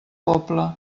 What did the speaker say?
poble